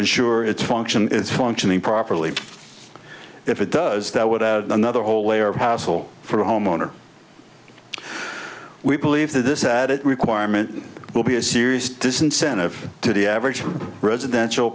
ensure its function is functioning properly if it does that would add another whole layer of hassle for the homeowner we believe that this added requirement will be a serious disincentive to the average residential